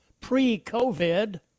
pre-COVID